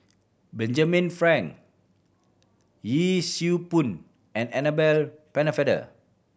Benjamin Frank Yee Siew Pun and Annabel Pennefather